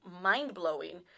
mind-blowing